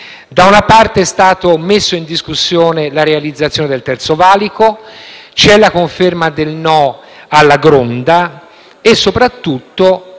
Da una parte è stata messa in discussione la realizzazione del terzo valico, c’è la conferma del «no» alla Gronda e soprattutto,